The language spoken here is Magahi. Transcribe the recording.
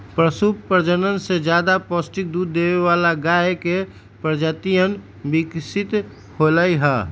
पशु प्रजनन से ज्यादा पौष्टिक दूध देवे वाला गाय के प्रजातियन विकसित होलय है